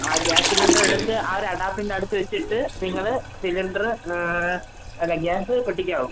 ആ gas cylinder എടുത്ത് ആ ഒരു അഡാപ്റ്റിൻ്റെ അടുത്ത് വെച്ചിട്ട് നിങ്ങൾ സിലിണ്ടറ് അതെ ഗ്യാസ് പൊട്ടിക്കാവൂ